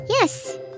Yes